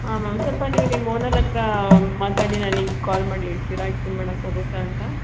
ಹಾಂ ಮ್ಯಾಮ್ ಸ್ವಲ್ಪ ನೀವು ನಿಮ್ಮ ಓನರ್ ಹತ್ರಾ ಮಾತಾಡಿ ನನಗೆ ಕಾಲ್ ಮಾಡಿ ಹೇಳ್ತೀರಾ ಎಕ್ಸ್ಚೇಂಜ್ ಮಾಡೋಕಾಗುತ್ತ ಅಂತ